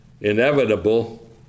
inevitable